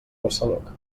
barcelona